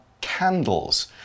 candles